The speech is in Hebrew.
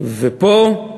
ופה,